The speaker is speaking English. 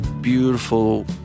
beautiful